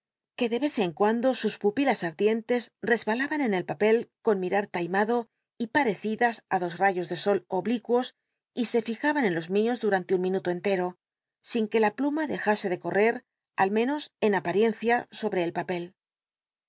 que de ez en cuando sus pupilas aj iientes resbalaban en el papel con mirat taimado y parecidas ú dos rayos de sol oblicuos y se lijaban en los mios du anlc un minuto entero sin que la pluma dejase de concr al menos en apariencia sobre el papel